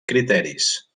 criteris